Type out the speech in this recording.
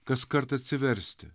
kaskart atsiversti